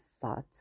thoughts